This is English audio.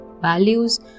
values